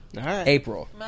April